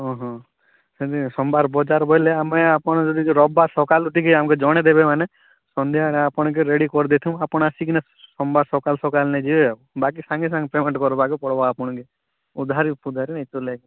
ହଁ ହଁ ହେଲେ ସୋମବାର ବଜାର ବୋଇଲେ ଆମେ ଆପଣ ଯଦି ରବିବାର ସକାଲୁ ଟିକେ ଆମକୁ ଜଣାଇଦେବେ ମାନେ ସନ୍ଧ୍ୟାବେଳେ ଆପଣକେ ରେଡ଼ି୍ କରିଦେଇଥିମୁ ଆପଣ ଆସିକିନା ସୋମବାର ସକାଲୁ ସକାଳ ନେଇଯିବେ ଆଉ ବାକି ସାଙ୍ଗେ ସାଙ୍ଗେ ପେମେଣ୍ଟ୍ କରବାକେ ପଡ଼ବା ଆପଣକେ ଉଦ୍ଧାରି ଫୁଦ୍ଧାରି ନେଇଁ ଚଲେ